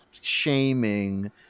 shaming